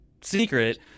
secret